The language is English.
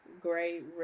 great